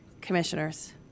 commissioners